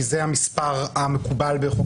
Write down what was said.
וזה לא מפלה אף אחד.